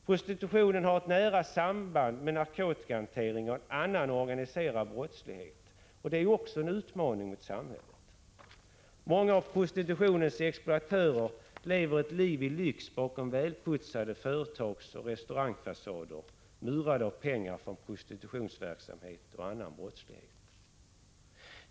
Prostitutionen har ett nära samband med narkotikahantering och annan organiserad brottslighet, och det är också en utmaning mot samhället. Många av prostitutionens exploatörer lever ett liv i lyx bakom välputsade företagsoch restaurangfasader, murade av pengar från prostitutionsverksamhet och annan brottslighet.